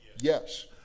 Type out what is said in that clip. Yes